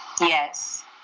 Yes